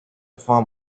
form